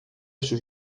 sus